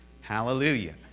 hallelujah